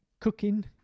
Cooking